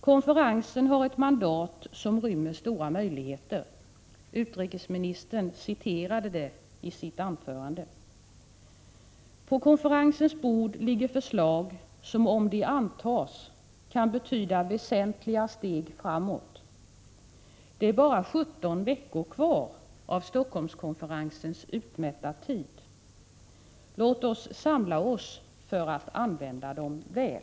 Konferensen har ett mandat som rymmer stora möjligheter — utrikesministern citerade det i sitt anförande. På dess bord ligger förslag som, om de antas, kan betyda väsentliga steg framåt. Det är bara 17 veckor kvar av Helsingforsskonferensens utmätta tid. Låt oss samla oss för att använda dem väl!